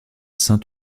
ceint